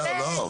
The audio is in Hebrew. לא.